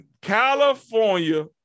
California